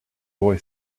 boy